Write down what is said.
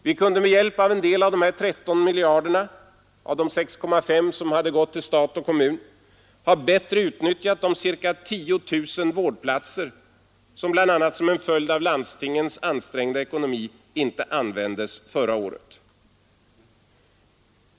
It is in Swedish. Vi kunde med en del av de 6,5 miljarder som hade gått till stat och kommun av dessa 13 ha bättre utnyttjat de ca 10 000 vårdplatser som bl.a. som en följd av landstingens ansträngda ekonomi inte användes förra året.